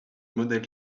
model